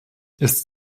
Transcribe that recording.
ist